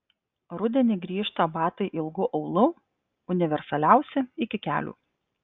rudenį grįžta batai ilgu aulu universaliausi iki kelių